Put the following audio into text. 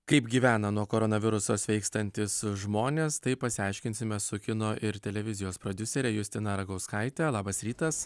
kaip gyvena nuo koronaviruso sveikstantys žmonės tai pasiaiškinsime su kino ir televizijos prodiusere justina ragauskaite labas rytas